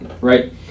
Right